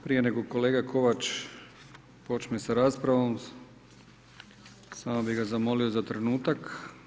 Prije nego kolega Kovač počne sa raspravom, samo bih ga zamolio za trenutak.